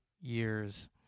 years